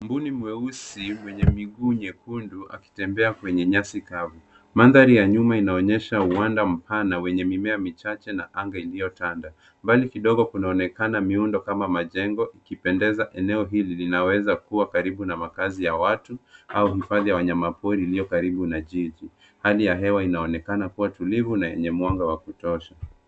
Mbuni mweusi mwenye miguu nyekundu akitembea kwenye nyasi kavu. Mandhari ya nyuma inaonyesha uwanda mpana na wenye mimea michacahe na anga ilio tanda. Mbali kidogo kunaonekana miundo kama majengo ikipendeza eneo hili linaweza kuwa karibu na makazi ya watu au hifadhi ya wanyama pori iliyo karibu na jiji. Hali ya hewa inaonekana kuwa tulivu na yenye mwanga wa kutosha.